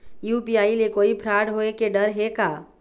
UPI ले कोई fraud होए के डर हे का?